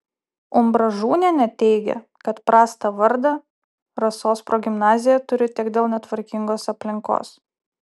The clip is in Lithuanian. umbražūnienė teigė kad prastą vardą rasos progimnazija turi tik dėl netvarkingos aplinkos